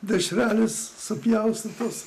dešrelės supjaustytos